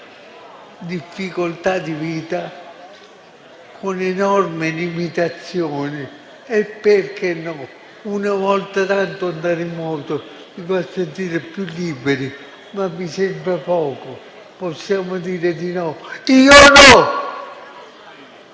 difficoltà di vita, con enormi limitazioni, che (perché no?) una volta tanto andare in moto farà sentire più libere. Ma vi sembra poco? Possiamo dire di no? Io no!